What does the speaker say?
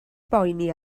boeni